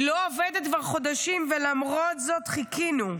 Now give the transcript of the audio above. היא לא עובדת כבר חודשים, ולמרות זאת חיכינו.